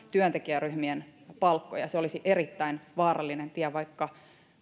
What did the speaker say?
työntekijäryhmien palkkoja se olisi erittäin vaarallinen tie vaikka